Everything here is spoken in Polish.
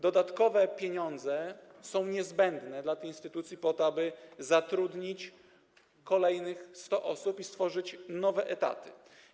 Dodatkowe pieniądze są niezbędne dla tej instytucji po to, aby zatrudnić kolejne 100 osób i stworzyć nowe etaty.